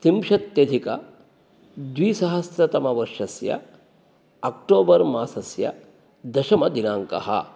त्रिंशत्यधिकद्विसहस्रतमवर्षस्य October मासस्य दशमदिनाङ्कः